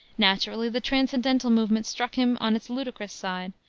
naturally the transcendental movement struck him on its ludicrous side,